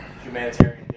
Humanitarian